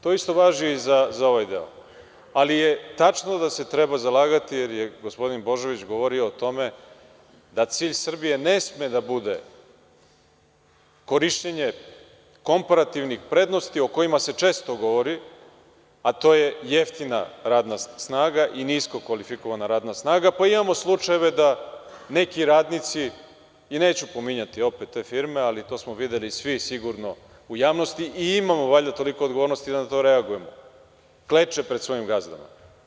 To isto važi i za ovaj deo, ali je tačno da se treba zalagati jer je gospodin Božović govorio o tome da cilj Srbije ne sme da bude korišćenja komparativnih prednosti o kojima se često govori, a to je jeftina radna snaga i nisko kvalifikovana radna snaga, pa imamo slučajeve da neki radnici i neću pominjati te firme, ali to smo videli svi sigurno u javnosti i imamo valjda toliko odgovornosti da na to reagujemo, kleče pred svojim gazdama.